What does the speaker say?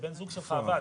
ושהבן זוג שלך עבד.